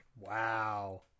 Wow